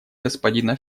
господина